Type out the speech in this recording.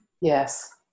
Yes